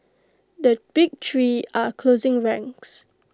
the big three are closing ranks